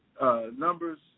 Numbers